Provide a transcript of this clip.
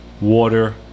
water